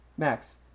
Max